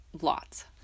lots